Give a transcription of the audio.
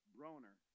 Broner